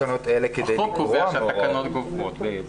התקנות גוברות.